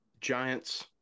Giants